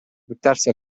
buttarsi